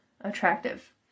attractive